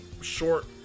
short